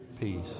peace